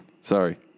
Sorry